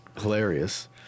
hilarious